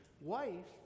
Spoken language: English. wife